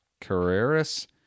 Carreras